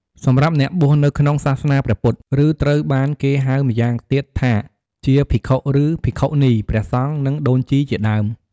សម្រាប់់អ្នកបួសនៅក្នុងសាសនាព្រះពុទ្ធ ឬត្រូវបានគេហៅម៉្យាងទៀតថាជា ភិក្ខុឬភិក្ខុនី ព្រះសង្ឃ និងដូនជីជាដើម។